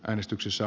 kannatan